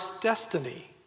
destiny